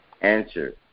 answer